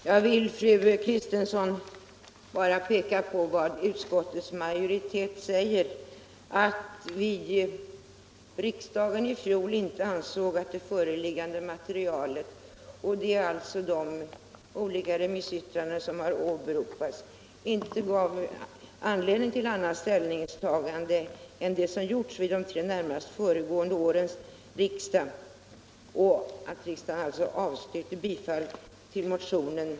Herr talman! Jag vill, fru Kristensson, peka på vad vi inom utskottsmajoriteten skriver i betänkandet: ”Utskottets minoritet ansåg att det föreliggande materialet” — det är alltså de olika remissyttranden som har åberopats — ”inte gav anledning till annat ställningstagande än det som gjorts vid de tre närmast föregående årens riksdagar, och i en reservation avstyrktes bifall till motionen.